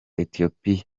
ethiopia